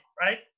right